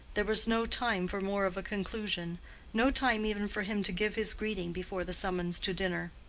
there was no time for more of a conclusion no time even for him to give his greeting before the summons to dinner.